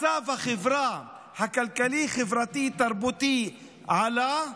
מצב החברה הכלכלי-חברתי-תרבותי עלה,